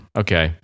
okay